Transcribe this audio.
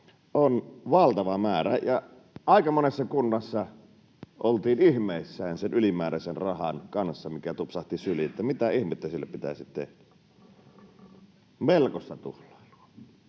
on valtava määrä. Ja aika monessa kunnassa oltiin ihmeissään sen ylimääräisen rahan — mikä tupsahti syliin — kanssa, että mitä ihmettä sille pitäisi tehdä. Melkoista tuhlausta.